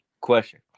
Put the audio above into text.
question